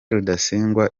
rudasingwa